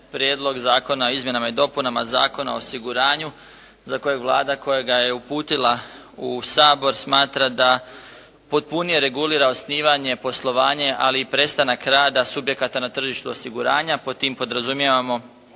Prijedlog zakona o izmjenama i dopunama Zakona o osiguranju za kojeg Vlada koja ga je uputila u Sabor smatra da potpunije regulira osnivanje poslovanje, ali i prestanak rada subjekata na tržištu osiguranja. Pod tim podrazumijevamo